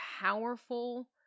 powerful